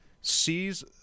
sees